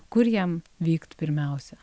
kur jam vykt pirmiausia